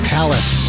Palace